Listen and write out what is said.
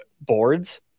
boards